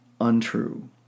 Untrue